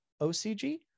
ocg